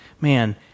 man